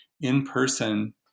in-person